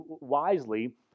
wisely